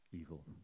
evil